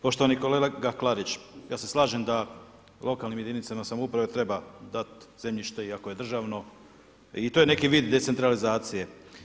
Poštovani kolega Klarić, ja se slažem da lokalnim jedinicama samouprave treba dati zemljište i ako je državno i to je neki vid decentralizacije.